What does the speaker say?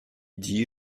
dis